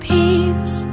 Peace